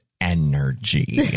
energy